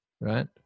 Right